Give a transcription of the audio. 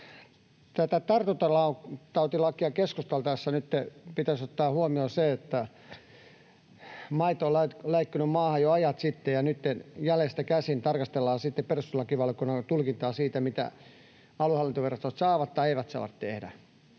Tästä tartuntatautilaista keskusteltaessa pitäisi nytten ottaa huomioon se, että maito on läikkynyt maahan jo ajat sitten ja nytten jäljestä käsin tarkastellaan perustuslakivaliokunnan tulkintaa siitä, mitä aluehallintovirastot saavat tai eivät saa tehdä.